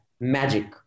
magic